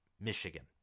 Michigan